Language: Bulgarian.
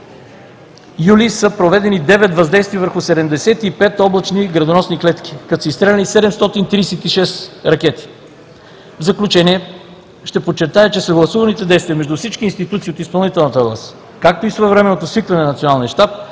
г. са проведени девет въздействия върху 75 облачни градоносни клетки, като са изстреляни 736 ракети. В заключение ще подчертая, че съгласуваните действия между всички институции от изпълнителната власт, както и своевременното свикване на Националния щаб